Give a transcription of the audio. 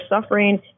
suffering